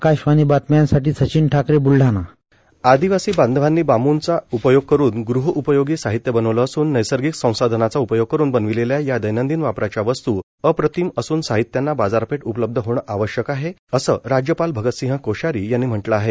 आकाशवाणी बातम्यान्साठी साचिन ठाकरे ब्लठाणा आदीवासी बांधवानी बांबुचा उपयोग करून गह उपयोगी साहित्य बनवलं असून नैसर्गिक संसाधनांचा उपयोग करून बनविलेल्या या दैनंदिन वापराच्या वस्तू अप्रतिम असून साहित्याना बाजारपेठ उपलब्ध होण आवश्यक आहे असं राज्यपाल भगतसिंह कोश्यारी यांनी म्हटलं आहे